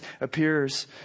appears